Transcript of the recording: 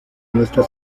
nuestra